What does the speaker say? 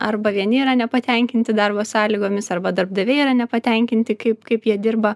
arba vieni yra nepatenkinti darbo sąlygomis arba darbdaviai yra nepatenkinti kaip kaip jie dirba